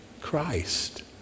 Christ